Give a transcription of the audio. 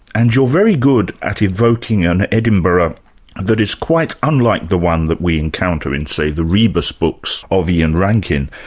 and you're very good at evoking an edinburgh that is quite unlike the one that we encounter in, say, the rebus books of ian rankin.